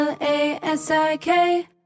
L-A-S-I-K